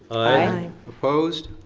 aye. opposed?